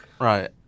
Right